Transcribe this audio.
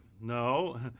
No